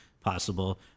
possible